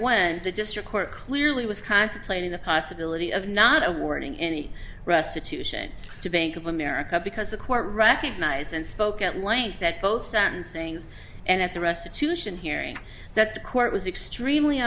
when the district court clearly was contemplating the possibility of not awarding any restitution to bank of america because the court recognized and spoke at length that both sentencings and at the restitution hearing that the court was extremely